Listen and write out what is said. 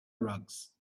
rugs